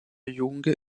young